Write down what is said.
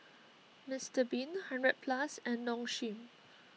Mister Bean hundred Plus and Nong Shim